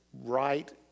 right